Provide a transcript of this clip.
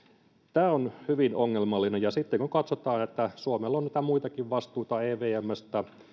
tämä on hyvin ongelmallista sitten kun katsotaan tätä niin suomella on niitä muitakin vastuita evmsta